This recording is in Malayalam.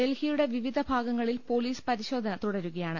ഡൽഹിയുടെ വിവിധ ഭാഗങ്ങളിൽ പൊലീസ് പരിശോധന തുടരുകയാണ്